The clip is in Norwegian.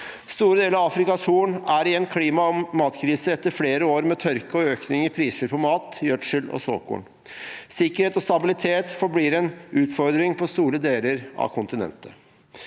Store deler av Afrikas Horn er i en klima- og matkrise etter flere år med tørke og økning i priser på mat, gjødsel og såkorn. Sikkerhet og stabilitet forblir en utfordring på store deler av kontinentet.